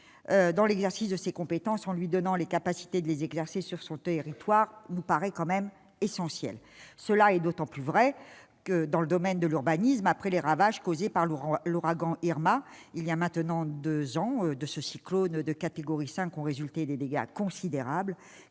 dans l'exercice de ses compétences en lui donnant les capacités de les exercer sur son territoire. C'est d'autant plus vrai dans le domaine de l'urbanisme, après les ravages causés par Irma il y a maintenant deux ans. De cet ouragan de catégorie 5 ont résulté des dégâts considérables